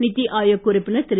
நிதிஆயோக் உறுப்பினர் திரு